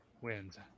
wins